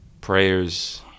prayers